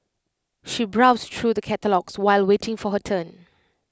she browsed through the catalogues while waiting for her turn